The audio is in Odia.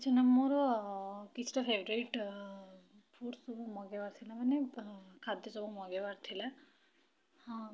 ଆଚ୍ଛା ନା ମୋର କିଛିଟା ଫେଭ୍ରାଇଟ୍ ଫୁଡ଼୍ ସବୁ ମଗେଇବାର ଥିଲା ମାନେ ଖାଦ୍ୟ ସବୁ ମଗେଇବାର ଥିଲା ହଁ